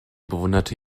bewunderte